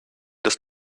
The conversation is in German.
des